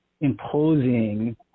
imposing